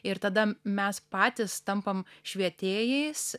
ir tada mes patys tampam švietėjais